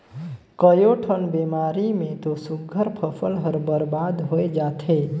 कयोठन बेमारी मे तो सुग्घर फसल हर बरबाद होय जाथे